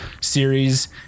series